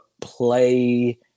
play